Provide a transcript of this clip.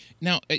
Now